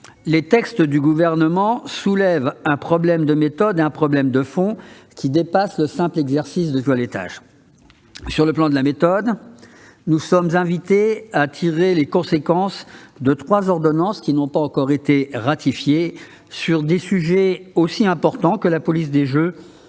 les textes du Gouvernement soulèvent un problème de méthode et un problème de fond, qui dépassent un simple exercice de toilettage. Sur le plan de la méthode, nous sommes invités à tirer les conséquences de trois ordonnances qui n'ont pas encore été ratifiées, sur des sujets aussi importants que la police des jeux